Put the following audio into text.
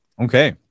Okay